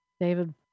David